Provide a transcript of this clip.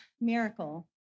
miracle